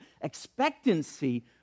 expectancy